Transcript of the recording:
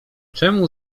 czemu